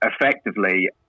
effectively